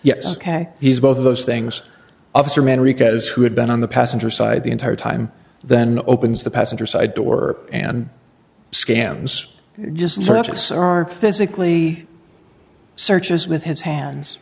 yes ok he's both of those things officer man rica's who had been on the passenger side the entire time then opens the passenger side door and scams just surface are physically searches with his hands